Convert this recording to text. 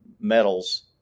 metals